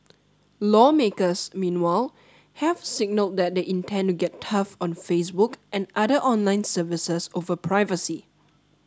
lawmakers meanwhile have signalled that they intend to get tough on Facebook and other online services over privacy